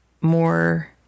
more